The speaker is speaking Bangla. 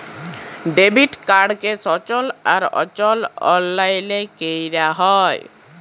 ডেবিট কাড়কে সচল আর অচল অললাইলে ক্যরা যায়